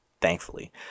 Thankfully